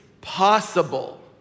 possible